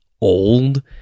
old